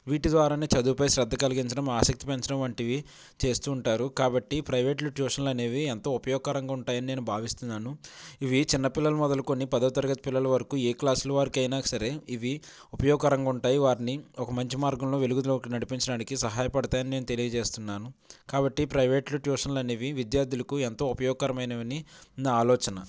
వీటి ద్వారానే చదువుపై శ్రద్ధ కలిగించడం ఆసక్తి పెంచడం వంటివి చేస్తుంటారు కాబట్టి ప్రైవేట్ ట్యూషన్లు అనేవి ఎంతో ఉపయోగకరంగా ఉంటాయియని నేను భావిస్తున్నాను ఇవి చిన్న పిల్లల మొదలుకొని పదో తరగతి పిల్లలు వరకు ఏ క్లాసుల వారికైనా సరే ఇవి ఉపయోగకరంగా ఉంటాయి వారిని ఒక మంచి మార్గంలో వెలుగులోకి నడిపించడానికి సహాయపడతాయని నేను తెలియజేస్తున్నాను కాబట్టి ప్రైవేట్ ట్యూషన్లు అనేవి విద్యార్థులకు ఎంతో ఉపయోగకరమైనవి అని నా ఆలోచన